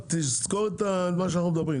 תזכור את מה שאנחנו מדברים עליו.